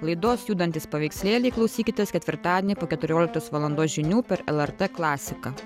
laidos judantys paveikslėliai klausykitės ketvirtadienį po keturioliktos valandos žinių per lrt klasiką